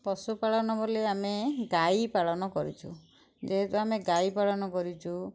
ପଶୁପାଳନ ବୋଲି ଆମେ ଗାଈ ପାଳନ କରିଛୁ ଯେହେତୁ ଆମେ ଗାଈ ପାଳନ କରିଛୁ